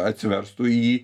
atsiverstų į